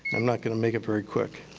i'm not going to make it very quick.